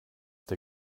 der